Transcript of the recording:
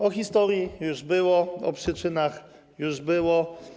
O historii już było, o przyczynach już było.